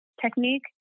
technique